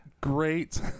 great